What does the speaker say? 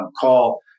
call